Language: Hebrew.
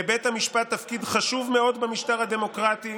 לבית המשפט תפקיד חשוב מאוד במשטר הדמוקרטי,